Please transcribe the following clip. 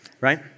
right